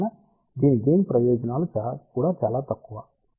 అందువల్ల దీని గెయిన్ కూడా చాలా తక్కువ